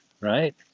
Right